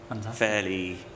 fairly